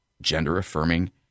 gender-affirming